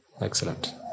Excellent